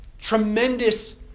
tremendous